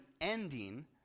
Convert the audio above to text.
ending